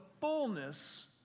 fullness